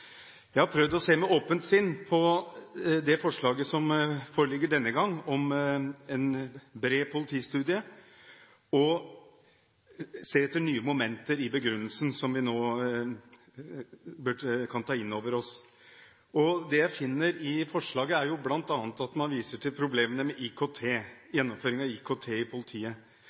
Jeg har med åpent sinn prøvd å se på forslaget om en bred politistudie som forligger denne gang, for å se etter nye momenter i begrunnelsen som vi nå kan ta inn over oss. Det jeg finner i forslaget, er bl.a. at man viser til problemene med gjennomføringen av IKT i politiet.